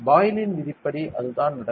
Boleyn விதிப்படி அதுதான் நடக்கும்